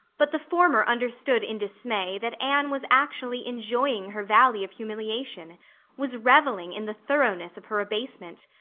but the former under-stood in dismay that anne was actually enjoying her valley of humiliation was reveling in the thoroughness of her abasement.